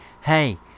hey